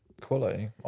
Quality